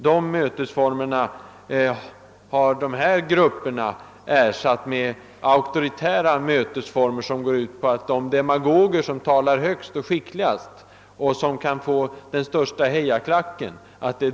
Dessa mötesformer har de här grupperna ersatt med auktoritära sådana, vilka går ut på att ge ordet enbart till de demagoger som talar högst och skickligast och som kan få den största hejaklacken.